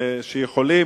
שיכולים,